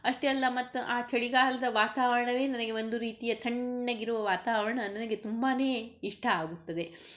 ಅಷ್ಟೆ ಅಲ್ಲ ಮತ್ತು ಆ ಚಳಿಗಾಲದ ವಾತಾವರಣವೇ ನನಗೆ ಒಂದು ರೀತಿಯ ತಣ್ಣಗಿರುವ ವಾತಾವರಣ ನನಗೆ ತುಂಬಾ ಇಷ್ಟ ಆಗುತ್ತದೆ